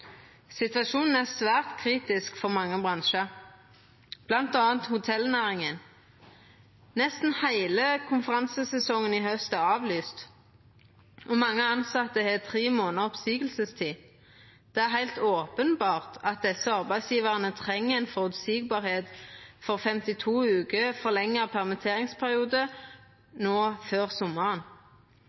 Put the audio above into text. Situasjonen er svært kritisk for mange bransjar, bl.a. hotellnæringa. Nesten heile konferansesesongen i haust er avlyst, og mange tilsette har tre månaders oppseiingstid. Det er heilt openbert at desse arbeidsgjevarane treng ei føreseielegheit for 52 veker forlengd permitteringsperiode no før sommaren.